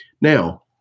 Now